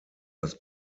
das